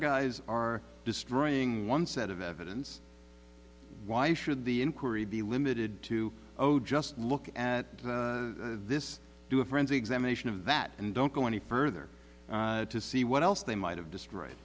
guys are destroying one set of evidence why should the inquiry be limited to oh just look at this do a frenzy examination of that and don't go any further to see what else they might have destroyed